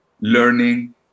learning